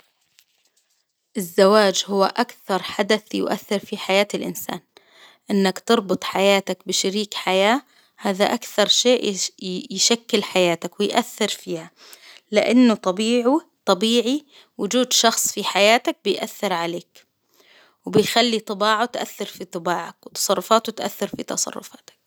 الزواج هو أكثر حدث يؤثر في حياة الإنسان، إنك تربط حياتك بشريك حياة، هذا أكثر شيء يش ي يشكل حياتك ويأثر فيها، لإنه طبيعو طبيعي وجود شخص في حياتك بيأثر عليك، وبيخلي طباعه تأثر في طباعك، وتصرفاته تأثر في تصرفاتك.